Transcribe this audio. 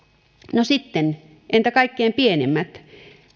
no sitten entä kaikkein pienimmät